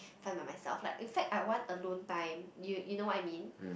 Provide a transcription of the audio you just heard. fine by myself like in fact I want alone time you you know what I mean